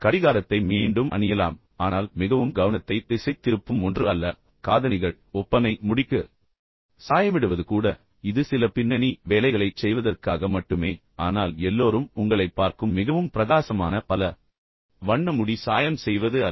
கடிகாரத்தை மீண்டும் அணியலாம் ஆனால் மிகவும் கவனத்தை திசை திருப்பும் ஒன்று அல்ல காதணிகள் ஒப்பனை முடிக்கு சாயமிடுவது கூட இது சில பின்னணி வேலைகளைச் செய்வதற்காக மட்டுமே ஆனால் எல்லோரும் உங்களைப் பார்க்கும் மிகவும் பிரகாசமான பல வண்ண முடி சாயம் செய்வது அல்ல